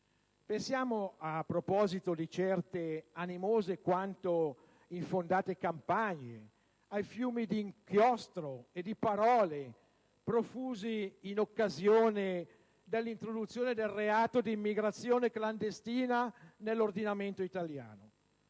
Pensiamo, a proposito di certe animose quanto infondate campagne, ai fiumi di inchiostro e di parole profusi in occasione dell'introduzione del reato di immigrazione clandestina nell'ordinamento italiano.